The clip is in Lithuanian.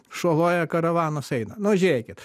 šuo loja karavanas eina nu žiūrėkit